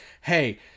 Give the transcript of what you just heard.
hey –